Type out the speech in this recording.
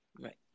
Right